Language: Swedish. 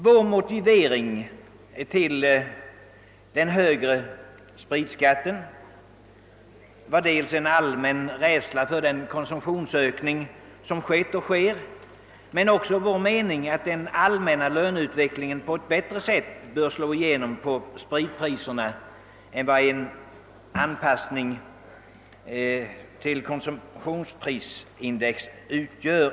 Vår motivering för en större höjning av spritskatten var dels en allmän rädsla för den konsumtionsökning som skett och sker, dels vår mening att den allmänna löneutvecklingen på ett bättre sätt bör slå igenom på spritpriserna är vad en anpassning till konsumentprisin dex utgör.